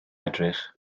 edrych